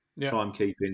Timekeeping